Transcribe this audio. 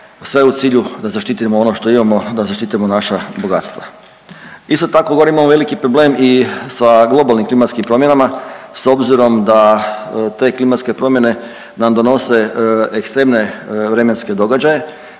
sve u cilju da zaštitimo ono što imamo, da zaštitimo naša bogatstva. Isto tako gore imamo veliki problem i sa globalnim klimatskim promjenama s obzirom da te klimatske promjene nam donose ekstremne vremenske događaje,